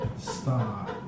Stop